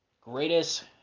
greatest